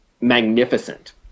magnificent